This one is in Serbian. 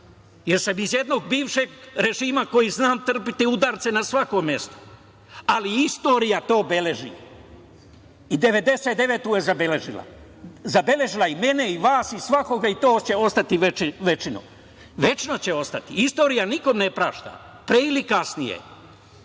jer sam iz jednog bivšeg režima i znam trpeti udarce na svakom mestu, ali istorija to beleži. I 1999. godinu je zabeležila. Zabeležila i mene, i vas i svakoga i to će ostati večno. Večno će ostati. Istorija nikome ne prašta, pre ili kasnije.